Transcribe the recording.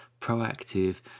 proactive